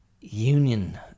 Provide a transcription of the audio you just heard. Union